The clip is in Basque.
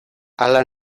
hala